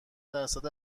درصد